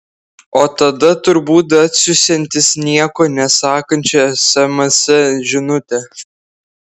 o tada turbūt atsiųsiantis nieko nesakančią sms žinutę